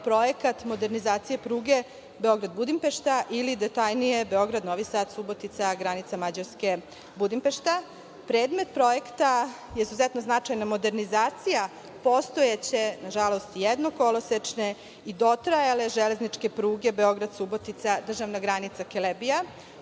projekat modernizacije pruge Beograd-Budimpešta ili detaljnije Beograd – Novi Sad – Subotica – granica Mađarske – Budimpešta. Predmet projekta je izuzetno značajna modernizacija postojeće, nažalost, jednokolosečne i dotrajale železničke pruge Beograd – Subotica – državna granica – Kelebija,